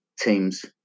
teams